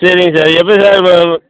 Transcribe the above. சரிங்க சார் எப்படி சார் இப்போ